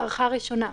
הארכה ראשונה.